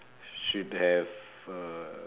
should have uh